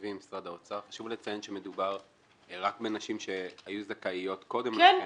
חשוב לציין שמדובר רק בנשים שהיו זכאיות קודם לכן --- כן,